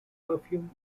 perfume